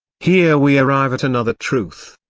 here we arrive at another truth.